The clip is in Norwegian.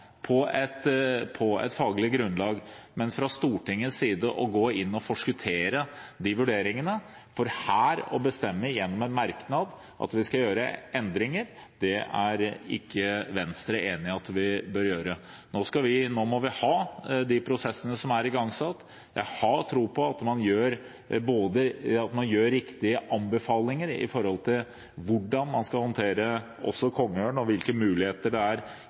på et faglig grunnlag, men fra Stortingets side å gå inn og forskuttere de vurderingene – bestemme gjennom en merknad at vi skal gjøre endringer – er ikke Venstre enig i at vi bør gjøre. Nå må vi ha de prosessene som er igangsatt. Jeg har tro på at man gir riktige anbefalinger om hvordan man skal håndtere kongeørn, og hvilke behov det er